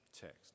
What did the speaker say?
text